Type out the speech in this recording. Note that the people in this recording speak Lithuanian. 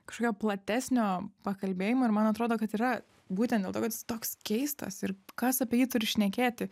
kažkokio platesnio pakalbėjimo ir man atrodo kad yra būtent dėl to kad jis toks keistas ir kas apie jį turi šnekėti